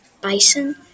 bison